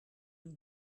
une